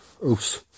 Oops